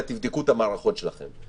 ותבדקו את המערכות שלכם,